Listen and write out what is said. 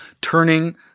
turning